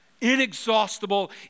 inexhaustible